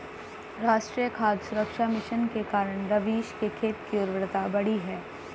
राष्ट्रीय खाद्य सुरक्षा मिशन के कारण रवीश के खेत की उर्वरता बढ़ी है